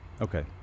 Okay